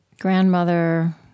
grandmother